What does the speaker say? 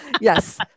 Yes